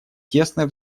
тесно